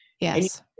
Yes